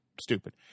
stupid